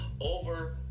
over